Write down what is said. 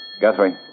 Guthrie